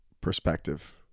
perspective